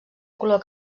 color